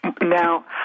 Now